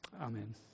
Amen